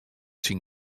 syn